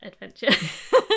adventure